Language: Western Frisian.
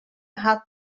hat